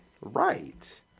Right